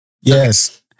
Yes